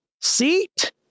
seat